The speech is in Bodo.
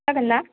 जागोन ना